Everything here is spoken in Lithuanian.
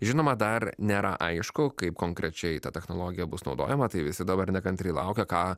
žinoma dar nėra aišku kaip konkrečiai ta technologija bus naudojama tai visi dabar nekantriai laukia ką